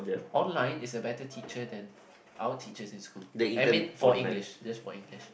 online is a better teacher than our teachers in school I mean for English just for English